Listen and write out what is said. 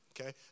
Okay